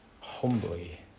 humbly